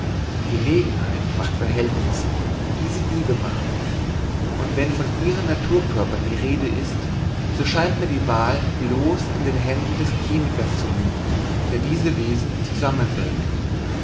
gelegenheit macht verhältnisse wie sie diebe macht und wenn von ihren naturkörpern die rede ist so scheint mir die wahl bloß in den händen des chemikers zu liegen der diese wesen zusammenbringt